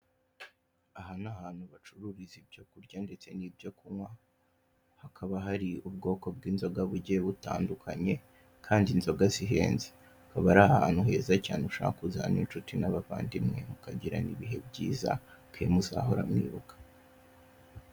Aha ni ahantu bacururiza ibyo kurya ndetse n'ibyo kunywa, hakaba hari ubwoko bw'inzoga bugiye butandukanye kandi inzoga zihenze, akaba ari ahantu heza cyane ushobora kuzana n'inshuti n'abavandimwe mukagirana ibihe byiza muzahora mwibuka.